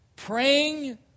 Praying